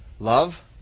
Love